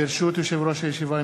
ברשות יושב-ראש הישיבה,